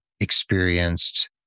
experienced